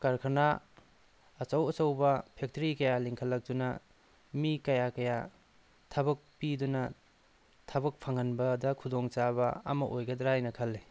ꯀꯔꯈꯥꯅ ꯑꯆꯧ ꯑꯆꯧꯕ ꯐꯦꯛꯇꯔꯤ ꯀꯌꯥ ꯂꯤꯡꯈꯠꯂꯛꯇꯨꯅ ꯃꯤ ꯀꯌꯥ ꯀꯌꯥ ꯊꯕꯛ ꯄꯤꯗꯨꯅ ꯊꯕꯛ ꯐꯪꯍꯟꯕꯗ ꯈꯨꯗꯣꯡ ꯆꯥꯕ ꯑꯃ ꯑꯣꯏꯒꯗ꯭ꯔꯥ ꯍꯥꯏꯅ ꯈꯜꯂꯦ